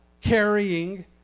carrying